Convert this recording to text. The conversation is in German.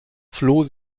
floh